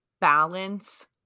balance